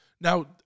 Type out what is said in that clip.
Now